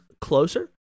closer